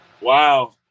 Wow